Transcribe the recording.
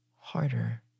harder